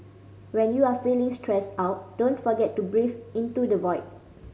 when you are feeling stressed out don't forget to breathe into the void